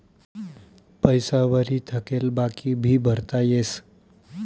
पैसा वरी थकेल बाकी भी भरता येस